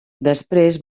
després